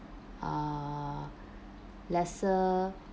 uh lesser